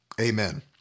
amen